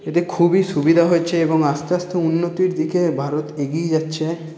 এতে খুবই সুবিধা হয়েছে এবং আস্তে আস্তে উন্নতির দিকে ভারত এগিয়ে যাচ্ছে